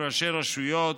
ראשי רשויות,